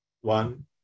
One